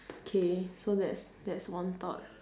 okay so that's that's one thought